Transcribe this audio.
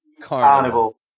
carnival